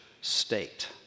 state